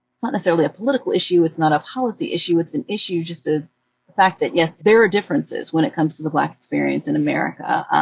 not necessarily a political issue. it's not a policy issue. it's an issue, just the ah fact that, yes, there are differences when it comes to the black experience in america.